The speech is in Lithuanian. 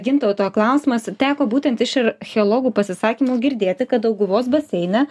gintauto klausimas teko būtent iš archeologų pasisakymų girdėti kad dauguvos baseine